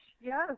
yes